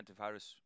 antivirus